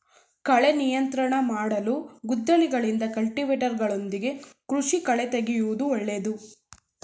ಕಳೆ ನಿಯಂತ್ರಣ ಮಾಡಲು ಗುದ್ದಲಿಗಳಿಂದ, ಕಲ್ಟಿವೇಟರ್ಗಳೊಂದಿಗೆ ಕೃಷಿ ಕಳೆತೆಗೆಯೂದು ಒಳ್ಳೇದು